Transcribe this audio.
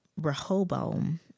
Rehoboam